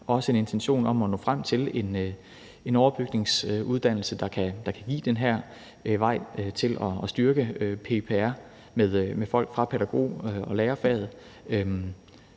også en intention om at nå frem til en overbygningsuddannelse, der kan give den her vej til at styrke PPR med folk fra pædagog- og lærerfaget.